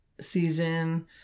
season